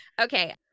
Okay